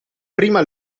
prima